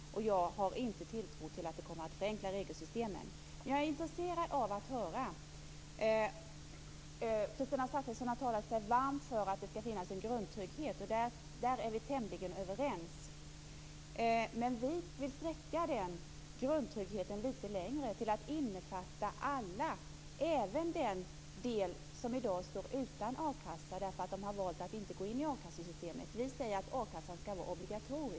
Jag har inte tilltro till att det kommer att förenkla regelsystemen. Kristina Zakrisson har talat sig varm för att det skall finnas en grundtrygghet. Om det är vi tämligen överens. Men vi vill sträcka den grundtryggheten lite längre, till att innefatta alla, även de som i dag står utan a-kassan därför att de har valt att inte gå in i akassesystemet. Vi säger att a-kassan skall vara obligatorisk.